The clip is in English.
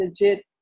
legit